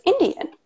Indian